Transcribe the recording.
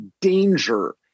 danger